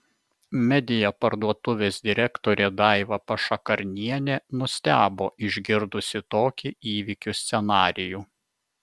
media parduotuvės direktorė daiva pašakarnienė nustebo išgirdusi tokį įvykių scenarijų